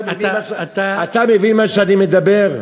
אתה מבין מה שאני מדבר?